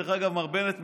מר בנט,